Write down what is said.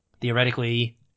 theoretically